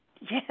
Yes